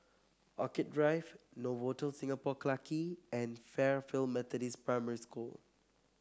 Orchid Drive Novotel Singapore Clarke Quay and Fairfield Methodist Primary School